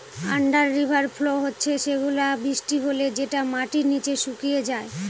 under river flow হচ্ছে সেগুলা বৃষ্টি হলে যেটা মাটির নিচে শুকিয়ে যায়